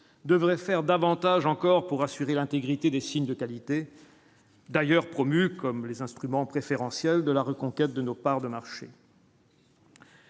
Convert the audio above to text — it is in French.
devrait faire davantage encore pour assurer l'intégrité des signes de qualité. D'ailleurs, promu comme les instruments préférentiel de la reconquête de nos parts de marché.